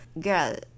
Girl